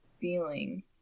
feeling